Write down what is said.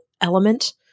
element